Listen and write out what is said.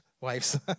wives